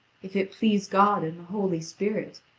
if it please god and the holy spirit,